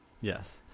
yes